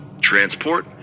Transport